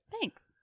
Thanks